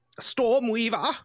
Stormweaver